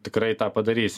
tikrai tą padarys